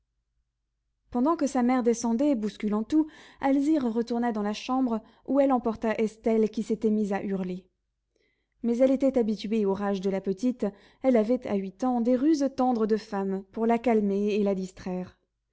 pendant que sa mère descendait bousculant tout alzire retourna dans la chambre où elle emporta estelle qui s'était mise à hurler mais elle était habituée aux rages de la petite elle avait à huit ans des ruses tendres de femme pour la calmer et la distraire